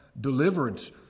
deliverance